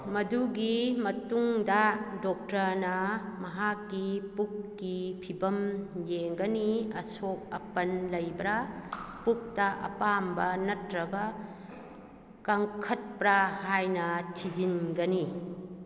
ꯃꯗꯨꯒꯤ ꯃꯇꯨꯡꯗ ꯗꯣꯛꯇꯔꯅ ꯃꯍꯥꯛꯀꯤ ꯄꯨꯛꯀꯤ ꯐꯤꯕꯝ ꯌꯦꯡꯒꯅꯤ ꯑꯁꯣꯛ ꯑꯄꯟ ꯂꯩꯕ꯭ꯔ ꯄꯨꯛꯇ ꯑꯄꯣꯝꯕ ꯅꯠꯇ꯭ꯔꯒ ꯀꯪꯈꯠꯄ꯭ꯔꯥ ꯍꯥꯏꯅ ꯊꯤꯖꯤꯟꯒꯅꯤ